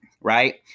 right